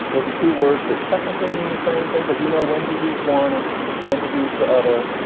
those are two words that technically mean the same thing. but you know, when to use one and when to use the other.